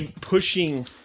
pushing